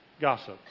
gossip